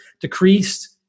decreased